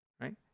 Right